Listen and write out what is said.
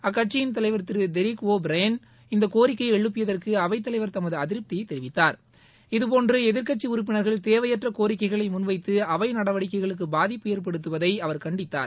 அக்கட்சியின் தலைவர் திரு தெரிக் ஓ பிரையன் இந்த கோரிக்கையை எழுப்பியதற்கு அவை தலைவர் தமது அதிருப்தியை தெரிவித்தார் இதபோன்று எதிர்கட்சி உறுப்பினர்கள் தேவையற்ற கோரிக்கைகளை முன்வைத்து அவை நடவடிக்கைகளுக்கு பாதிப்பு ஏற்படுத்துவதை அவர் கண்டித்தார்